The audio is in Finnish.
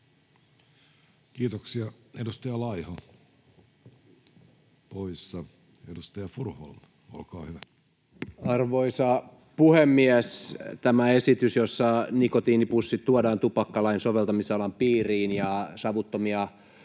Kiitoksia. — Edustaja Laiho, poissa. — Edustaja Furuholm, olkaa hyvä. Arvoisa puhemies! Tämä esitys, jossa nikotiinipussit tuodaan tupakkalain soveltamisalan piiriin ja savuttomia